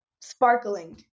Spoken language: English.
sparkling